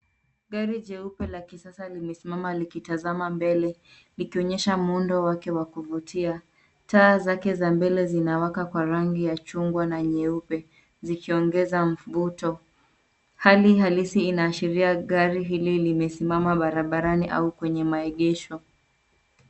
Gari jeupe la kisasa limesimama likitazama mbele. Likionyesha muundo wake wa kuvutia. Taa zake za mbele zinawaka kwa rangi ya chungwa na nyeupe, zikiongeza mvuto. Hali halisi inaashiria gari hili limesimama barabarani au kwenye maegesho.